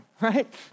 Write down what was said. right